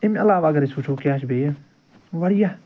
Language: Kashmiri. اَمہِ علاوٕ اگر أسۍ وُچھو کیٛاہ چھُ بیٚیہِ وارِیاہ